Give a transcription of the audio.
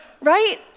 right